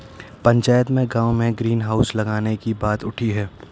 पंचायत में गांव में ग्रीन हाउस लगाने की बात उठी हैं